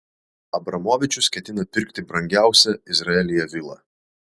abramovičius ketina pirkti brangiausią izraelyje vilą